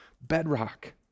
bedrock